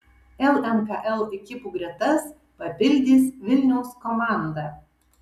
lmkl ekipų gretas papildys vilniaus komanda